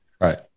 Right